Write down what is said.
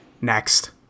Next